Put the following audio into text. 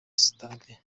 sitade